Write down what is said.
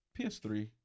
PS3